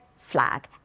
flag